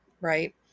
right